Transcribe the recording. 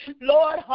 Lord